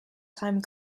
time